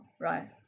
right